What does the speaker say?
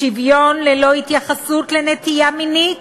שוויון ללא התייחסות לנטייה מינית